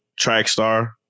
Trackstar